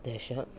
दश